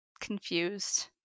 confused